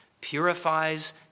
purifies